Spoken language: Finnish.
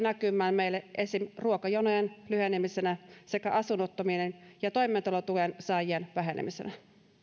näkymään meille esimerkiksi ruokajonojen lyhenemisenä sekä asunnottomien ja toimeentulotuen saajien vähenemisenä